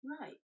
Right